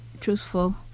truthful